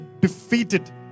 defeated